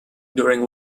during